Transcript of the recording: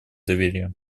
доверие